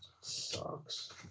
Sucks